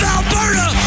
Alberta